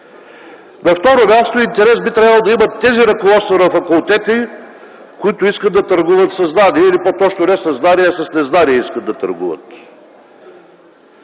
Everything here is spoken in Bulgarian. На второ място, интерес би трябвало да имат тези ръководства на факултети, които искат да търгуват със знание. Или по-точно не със знание, а искат да търгуват